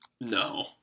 No